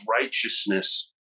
righteousness